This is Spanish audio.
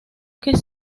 que